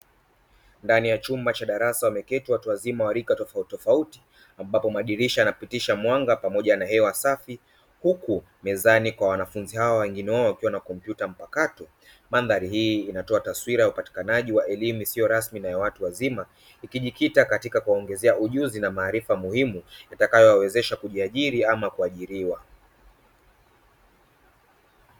Ndani ya chumba cha darasa wameketi watu wazima wa rika tofautitofauti ambapo madirisha yanapitisha mwanga pamoja na hewa safi, huku mezani kwa wanafunzi hawa wengine wao wakiwa na kompyuta mpakato. Mandhari hii inatoa taswira ya upatikanaji wa elimu isiyo rasmi na ya watu wazima ikijikita katika kuwaongezea ujuzi na maarifa muhimu yatayowawezesha kujiajiri ama kuajiriwa.